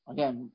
Again